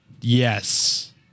Yes